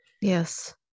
Yes